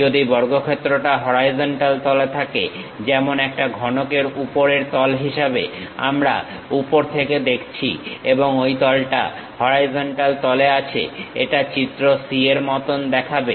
যদি বর্গক্ষেত্রটা হরাইজন্টাল তলে থাকে যেমন একটা ঘনকের উপরের তল হিসাবে আমরা উপর থেকে দেখছি এবং ঐ তলটা হরাইজন্টাল তলে আছে এটা চিত্র c এর মতন দেখাবে